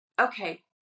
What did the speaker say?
Okay